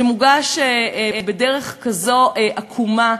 שמוגש בדרך כזאת עקומה,